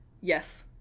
Yes